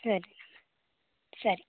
ಸರಿ ಸರಿ